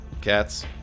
cats